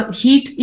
heat